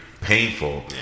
painful